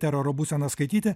teroro būseną skaityti